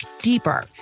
deeper